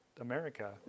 America